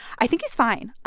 i think he's fine